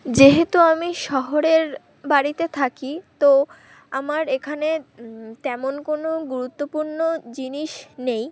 যেহেতু আমি শহরের বাড়িতে থাকি তো আমার এখানে তেমন কোনো গুরুত্বপূর্ণ জিনিস নেই